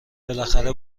بالاخره